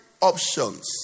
options